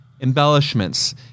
embellishments